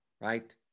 right